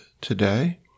today